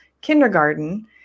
kindergarten